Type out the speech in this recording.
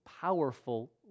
powerful